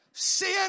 Sin